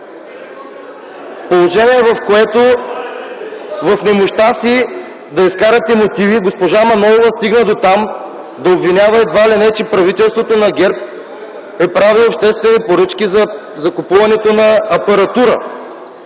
положение, в което в немощта си да изкарате мотиви, госпожа Манолова стигна дотам да обвинява, едва ли не че правителството на ГЕРБ е правило обществени поръчки за закупуването на апаратура.